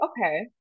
okay